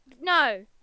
no